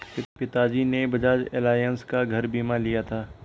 पिताजी ने बजाज एलायंस का घर बीमा लिया था